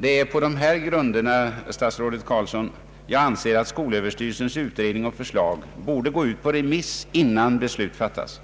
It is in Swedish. Det är på dessa grunder, herr statsrådet Carlsson, som jag anser att skolöverstyrelsens utredning och förslag borde gå ut på remiss, innan beslut fattas.